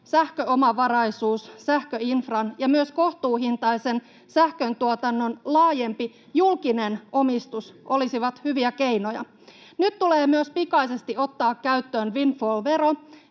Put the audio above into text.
sähköomavaraisuus, sähköinfran ja myös kohtuuhintaisen sähköntuotannon laajempi julkinen omistus olisivat hyviä keinoja. Nyt tulee myös pikaisesti ottaa käyttöön windfall-vero